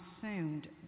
consumed